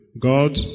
God